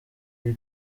ari